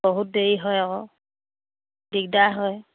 বহুত দেৰি হয় আকৌ দিগদাৰ হয়